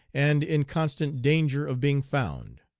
and in constant danger of being found.